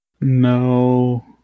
No